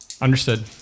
Understood